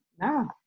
No